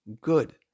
Good